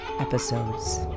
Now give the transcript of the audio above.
episodes